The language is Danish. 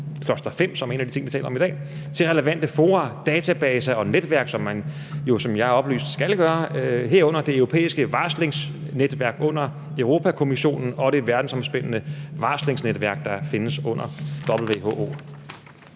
cluster-5, som er en af de ting, vi taler om i dag, til relevante fora, databaser og netværk, som man jo, sådan som jeg er oplyst, skal gøre, herunder det europæiske varslingsnetværk under Europa-Kommissionen og det verdensomspændende varslingsnetværk, der findes under WHO.